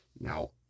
now